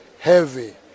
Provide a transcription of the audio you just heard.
heavy